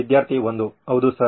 ವಿದ್ಯಾರ್ಥಿ 1 ಹೌದು ಸರ್